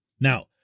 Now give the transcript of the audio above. Now